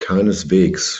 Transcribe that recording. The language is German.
keineswegs